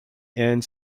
and